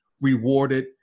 rewarded